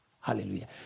Hallelujah